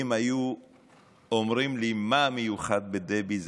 אם היו אומרים לי מה מיוחד בדבי,